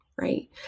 right